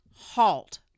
halt